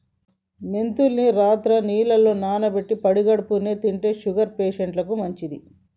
మెంతుల్ని రాత్రి నీళ్లల్ల నానబెట్టి పడిగడుపున్నె తింటే షుగర్ పేషంట్లకు మంచిది